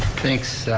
thanks,